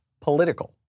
political